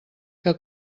que